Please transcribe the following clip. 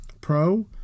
Pro